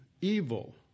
evil